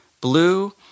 blue